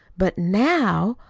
but, now!